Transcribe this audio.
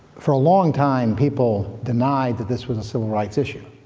for a long time people denied this was a civil rights issue.